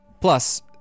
Plus